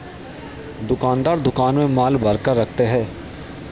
दुकानदार दुकान में माल भरकर रखते है